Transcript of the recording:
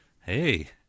Hey